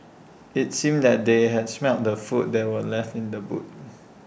IT seemed that they had smelt the food that were left in the boot